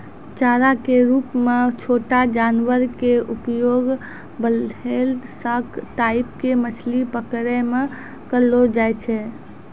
चारा के रूप मॅ छोटो जानवर के उपयोग व्हेल, सार्क टाइप के मछली पकड़ै मॅ करलो जाय छै